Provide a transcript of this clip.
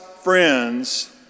friends